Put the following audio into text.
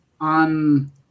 on